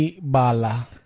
Bala